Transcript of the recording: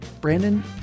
Brandon